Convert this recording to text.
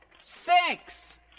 Six